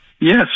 Yes